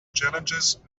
challenges